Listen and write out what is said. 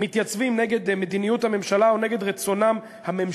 מתייצבים נגד מדיניות הממשלה או נגד הממשלות,